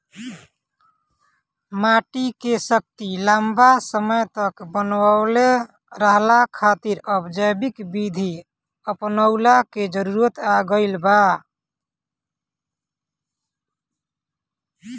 माटी के शक्ति लंबा समय तक बनवले रहला खातिर अब जैविक विधि अपनऊला के जरुरत आ गईल बाटे